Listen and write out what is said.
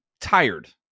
tired